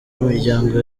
imiryango